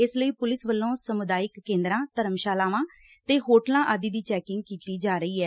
ਇਸ ਲਈ ਪੁਲਿਸ ਵੱਲੋਂ ਸਮੁਦਾਇਕ ਕੇਂਦਰਾਂ ਧਰਮਸ਼ਾਲਾਵਾਂ ਤੇ ਹੋਟਲਾਂ ਦੀ ਚੈਂਕਿੰਗ ਕੀਤੀ ਜਾ ਰਹੀ ਐ